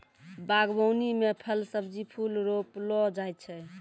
बागवानी मे फल, सब्जी, फूल रौपलो जाय छै